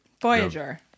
Voyager